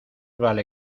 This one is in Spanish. vale